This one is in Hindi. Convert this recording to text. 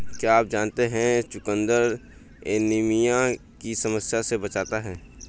क्या आप जानते है चुकंदर एनीमिया की समस्या से बचाता है?